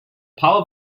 power